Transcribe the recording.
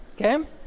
Okay